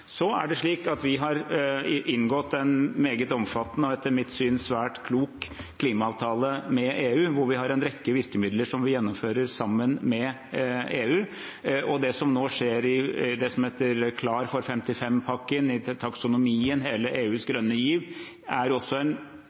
Så har vi inngått en meget omfattende og etter mitt syn svært klok klimaavtale med EU, hvor vi har en rekke virkemidler som vi gjennomfører sammen med EU. Det som nå skjer i det som heter Klar for 55-pakken, taksonomien – hele EUs grønne giv, er også en